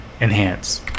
Enhance